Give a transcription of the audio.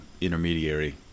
intermediary